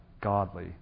Godly